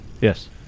Yes